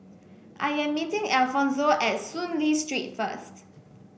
I am meeting Alfonzo at Soon Lee Street first